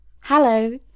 Hello